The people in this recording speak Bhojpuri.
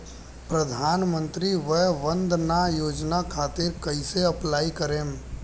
प्रधानमंत्री वय वन्द ना योजना खातिर कइसे अप्लाई करेम?